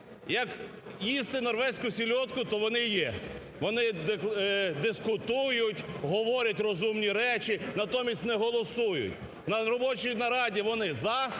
як їсти норвезьку сельодку, то вони є. Вони дискутують, говорять розумні речі – натомість не голосують. На робочій нараді вони "за",